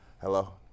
Hello